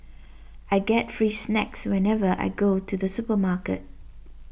I get free snacks whenever I go to the supermarket